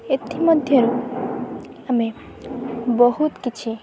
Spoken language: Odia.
ଏଥିମଧ୍ୟରୁ ଆମେ ବହୁତ କିଛି